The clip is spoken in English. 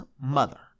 mother